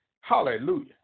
Hallelujah